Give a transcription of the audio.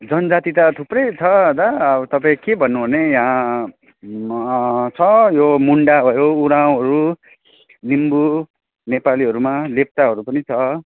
जनजाति त थुप्रै छ दा अब तपाईँ के भन्नु भने यहाँ छ यो मुन्डा भयो उरावँहरू लिम्बू नेपालीहरूमा लेप्चाहरू पनि छ